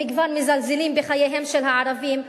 אם כבר מזלזלים בחייהם של הערבים,